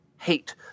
Hate